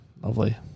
Lovely